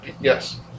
yes